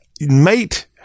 mate